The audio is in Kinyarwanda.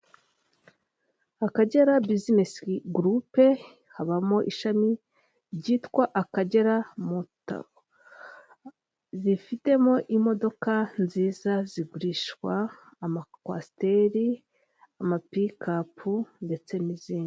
Akagera bisinesi gurupe habamo ishami ryitwa akagera muta zifitemo imodoka nziza zigurishwa amakwaasteri amapikapu ndetse n'izindi.